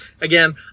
Again